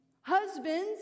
Husbands